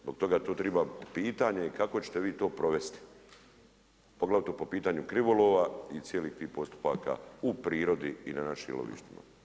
Zbog toga tu treba pitanje, kako ćete vi to provesti, poglavito po pitanju krivolova i cijelih tih postupaka u prirodi i na našim lovištima.